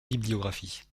bibliographie